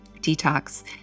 detox